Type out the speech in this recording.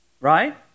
right